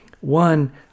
One